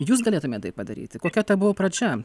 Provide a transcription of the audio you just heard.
jūs galėtumėt tai padaryti kokia ta buvo pradžia